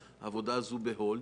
העבודה הזאת היא כרגע ב-hold.